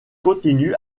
continue